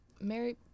Mary